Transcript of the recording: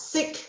Sick